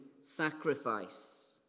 sacrifice